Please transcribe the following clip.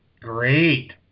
great